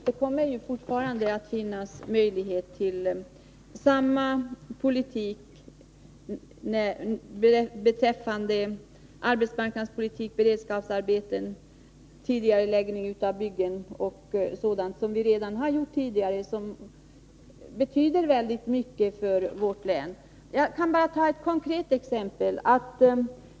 Det kommer i fortsättningen att finnas samma möjlighet beträffande arbetsmarknadspolitik, beredskapsarbeten, tidigareläggning av byggen och annat som vi har gjort tidigare och som betyder väldigt mycket för vårt län. Jag skall ta ett konkret exempel.